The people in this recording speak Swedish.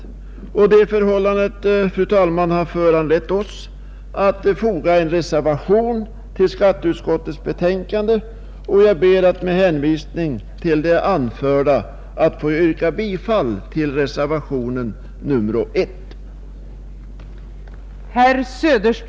Det förhållandet, fru talman, har föranlett oss att foga en reservation till skatteutskottets betänkande, Jag ber att med hänvisning till det anförda få yrka bifall till reservationen 1.